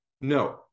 no